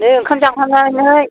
दे ओंखाम जाखांनानै